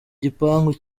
gipangu